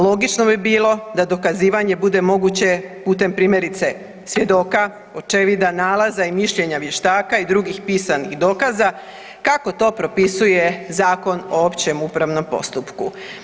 Logično bi bilo da dokazivanje bude moguće putem primjerice svjedoka, očevida, nalaza i mišljenja vještaka i drugih pisanih dokaza kako to propisuje Zakon o općem upravnom postupku.